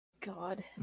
God